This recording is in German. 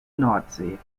nordsee